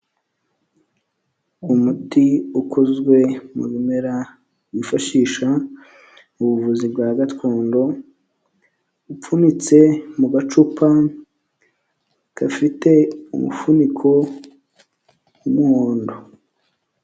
Umuti ukozwe mu bimera, bifashisha mu buvuzi bwa gakondo, upfunyitse mu gacupa gafite umufuniko w'umuhondo.